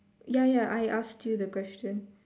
ya ya I asked you the question